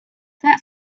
that